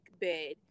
bed